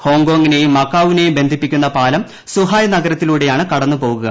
ഹോങ്കോങ്ങിനെയും മകാവുവിനെയും ബന്ധിപ്പിക്കുന്ന പാലം സുഹായ് നഗരത്തിലൂടെയാണ് കടന്നുപോകുക